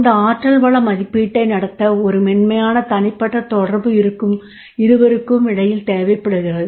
அந்த ஆற்றல் வள மதிப்பீட்டை நடத்த ஒரு மென்மையான தனிப்பட்ட தொடர்பு இருவருக்கும் இடையில் தேவைப்படுகிறது